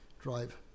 drive